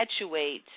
perpetuate